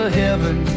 heaven